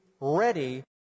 ready